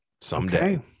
someday